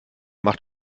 macht